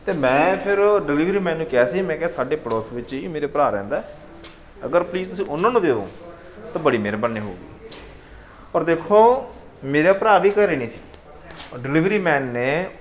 ਅਤੇ ਮੈਂ ਫਿਰ ਡਿਲੀਵਰੀਮੈਨ ਨੂੰ ਕਿਹਾ ਸੀ ਮੈਂ ਕਿਹਾ ਸਾਡੇ ਪੜੋਸ ਵਿੱਚ ਹੀ ਮੇਰੇ ਭਰਾ ਰਹਿੰਦਾ ਅਗਰ ਪਲੀਜ਼ ਤੁਸੀਂ ਉਹਨਾਂ ਨੂੰ ਦਿਓ ਤਾਂ ਬੜੀ ਮਿਹਰਬਾਨੀ ਹੋਊਗੀ ਪਰ ਦੇਖੋ ਮੇਰਾ ਭਰਾ ਵੀ ਘਰ ਨਹੀਂ ਸੀ ਔਰ ਡਿਲੀਵਰੀਮੈਨ ਨੇ